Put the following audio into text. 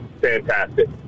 fantastic